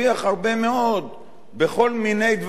בכל מיני דברים שחופש הביטוי